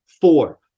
four